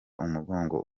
umugongo